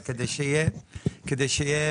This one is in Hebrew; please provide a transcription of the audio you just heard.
אבל כדי שיהיה ברור: